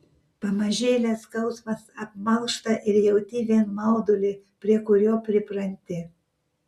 pamažėle skausmas apmalšta ir jauti vien maudulį prie kurio pripranti